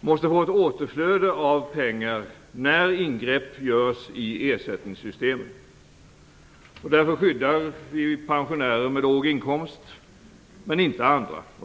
måste få ett återflöde av pengar när ingrepp görs i ersättningssystemen. Därför skyddar vi pensionärer med låg inkomst, men inte andra.